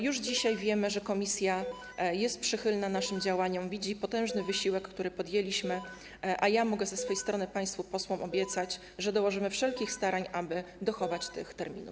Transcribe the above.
Już dzisiaj wiemy, że Komisja jest przychylna naszym działaniom, widzi potężny wysiłek, który podjęliśmy, a ja mogę ze swojej strony państwu posłom obiecać, że dołożymy wszelkich starań, aby dochować tych terminów.